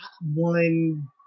one